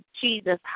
Jesus